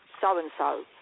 so-and-so